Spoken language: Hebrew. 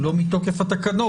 לא מתוקף התקנות,